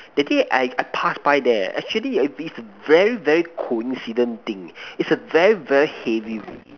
that day I I pass by there actually is is very very coincident thing is a very very heavy rain